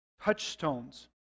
Touchstones